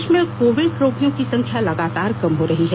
देश में कोविड रोगियों की संख्या लगातार कम हो रही है